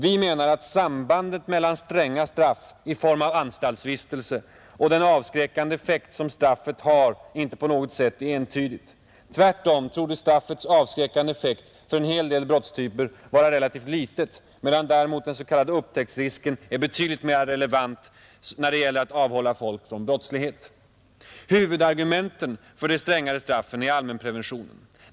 Vi menar att sambandet mellan stränga straff i form av anstaltsvistelse och den avskräckande effekt som straffet har inte på något sätt är entydigt. Tvärtom torde straffets avskräckande effekt för en hel del brottstyper vara relativt liten medan däremot den s.k. upptäcktsrisken är betydligt mera relevant när det gäller att avhålla folk från brottslighet. Huvudargumentet för de strängare straffen är allmänpreventionen.